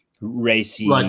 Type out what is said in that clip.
racy –